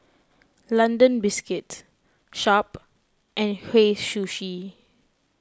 London Biscuits Sharp and Hei Sushi